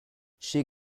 she